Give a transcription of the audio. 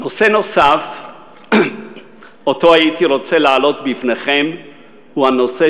נושא נוסף שאני רוצה להעלות בפניכם הוא הנושא